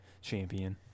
champion